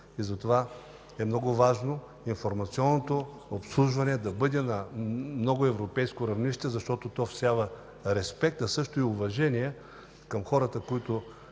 Затова е много важно информационното обслужване да бъде на ново европейско равнище, защото то всява респект, а също и уважение към хората, които